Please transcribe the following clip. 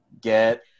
get